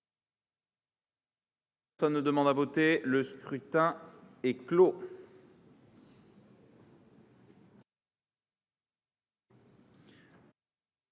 Personne ne demande plus à voter ?… Le scrutin est clos.